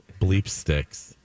Bleepsticks